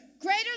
Greater